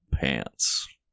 pants